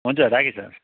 हुन्छ राखेँ सर